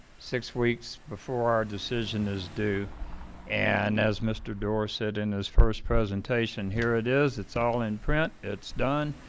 six weeks before our decision is due and as mr. doar said in his first presentation, here it is it's all in print it's done